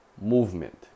movement